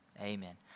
Amen